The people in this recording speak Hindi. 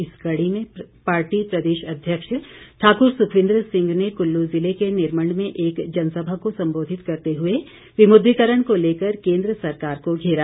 इस कड़ी में पार्टी प्रदेश अध्यक्ष ठाकुर सुखविंदर सिंह ने कुल्लू जिले के निरमंड में एक जनसभा को संबोधित करते हुए विमुद्रीकरण को लेकर केंद्र सरकार को घेरा